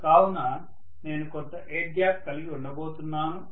కావున నేను కొంత ఎయిర్ గ్యాప్ కలిగి ఉండబోతున్నాను